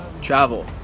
travel